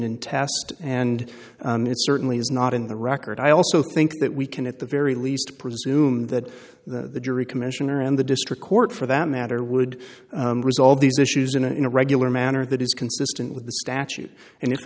in tast and it certainly is not in the record i also think that we can at the very least presume that the jury commissioner and the district court for that matter would resolve these issues in a regular manner that is consistent with the statute and if the